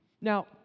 Now